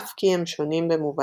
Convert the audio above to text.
אף כי הם שונים במובניהם.